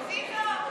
רביבו,